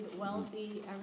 wealthy